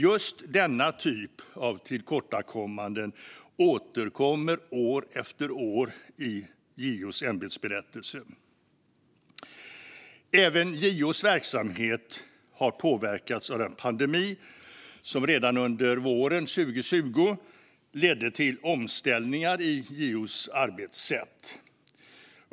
Just denna typ av tillkortakommanden återkommer år efter år i JO:s ämbetsberättelse. Även JO:s verksamhet har påverkats av den pandemi som redan under våren 2020 ledde till omställningar i JO:s arbetssätt.